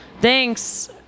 Thanks